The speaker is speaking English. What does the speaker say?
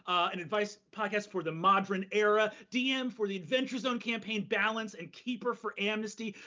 an advice podcast for the modern era, dm for the adventure zone campaign balance and keeper for amnesty.